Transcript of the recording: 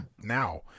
now